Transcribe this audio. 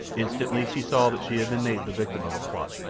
instantly she saw that she had been made the victim of a plot.